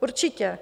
Určitě.